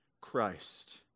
Christ